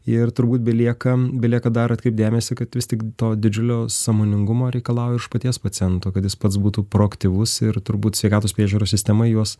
ir turbūt belieka belieka dar atkreipt dėmesį kad vis tik to didžiulio sąmoningumo reikalauja iš paties paciento kad jis pats būtų proaktyvus ir turbūt sveikatos priežiūros sistema juos